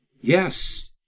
Yes